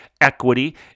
equity